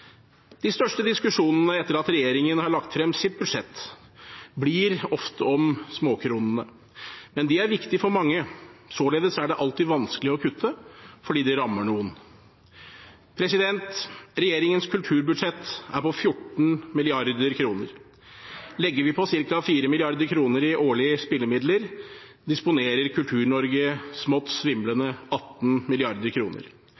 De største diskusjonene etter at regjeringen har lagt frem sitt budsjett, blir ofte om småkronene. Men de er viktige for mange. Således er det alltid vanskelig å kutte – det rammer noen. Regjeringens kulturbudsjett er på 14 mrd. kr. Legger vi på ca. 4 mrd. kr i årlige spillemidler, disponerer Kultur-Norge smått